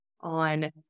on